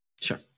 Sure